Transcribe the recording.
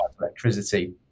electricity